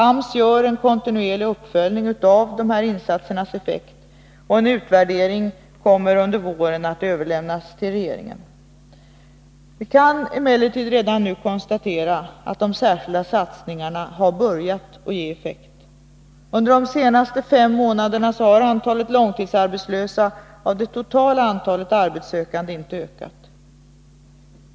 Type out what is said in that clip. AMS gör en kontinuerlig uppföljning av dessa insatsers effekt, och en utvärdering kommer under våren att överlämnas till regeringen. Vi kan emellertid redan nu konstatera att de särskilda satsningarna har börjat ge effekt. Under de senaste fem månaderna har antalet långtidsarbetslösa av det totala antalet arbetssökande inte ökat.